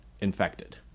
infected